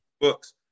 Books